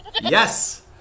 Yes